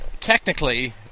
Technically